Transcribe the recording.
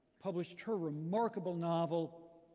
published her remarkable novel,